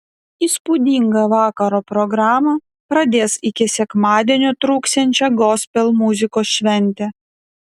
įspūdinga vakaro programa pradės iki sekmadienio truksiančią gospel muzikos šventę